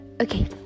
Okay